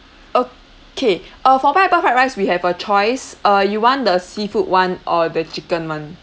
okay uh for pineapple fried rice we have a choice uh you want the seafood one or the chicken one